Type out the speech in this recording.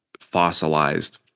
fossilized